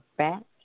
back